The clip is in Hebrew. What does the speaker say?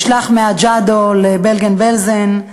נשלח מג'אדו לברגן-בלזן,